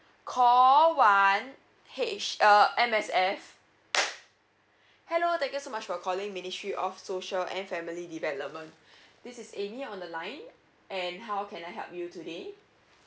call one h err M_S_F hello thank you so much for calling ministry of social and family development this is amy on the line and how can I help you today